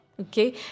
Okay